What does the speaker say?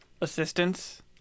Assistance